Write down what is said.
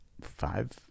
five